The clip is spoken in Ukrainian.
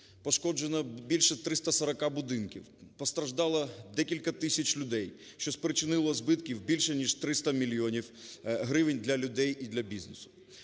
пошкоджено більше 340 будинків. Постраждало декілька тисяч людей. Що спричинило збитків більш ніж 300 мільйонів гривень для людей і для бізнесу.